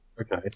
Okay